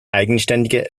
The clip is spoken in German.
eigenständige